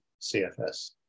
CFS